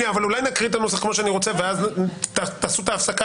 אולי קודם נקריא את הנוסח ואז תעשו את ההפסקה